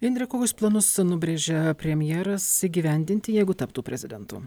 indrė kokius planus nubrėžia premjeras įgyvendinti jeigu taptų prezidentu